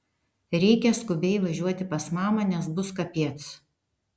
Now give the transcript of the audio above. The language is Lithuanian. reikia skubiai važiuoti pas mamą nes bus kapiec